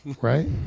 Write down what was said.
right